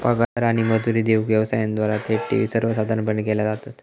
पगार आणि मजुरी देऊक व्यवसायांद्वारा थेट ठेवी सर्वसाधारणपणे केल्या जातत